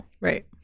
Right